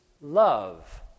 love